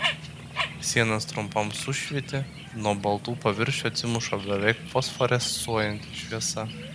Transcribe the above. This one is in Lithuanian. sienos trumpam sušvyti nuo baltų paviršių atsimuša beveik fosforescuojanti šviesa